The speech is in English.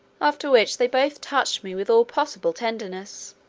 after which they both touched me with all possible tenderness.